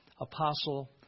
apostle